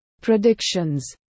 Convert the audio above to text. predictions